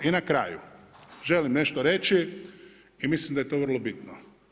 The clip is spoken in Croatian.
I na kraju želim nešto reći i mislim da je to vrlo bitno.